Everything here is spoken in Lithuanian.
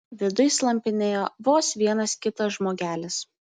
viduj slampinėjo vos vienas kitas žmogelis